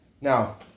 Now